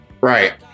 Right